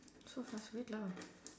so fast wait lah